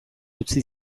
utzi